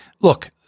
look